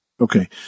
Okay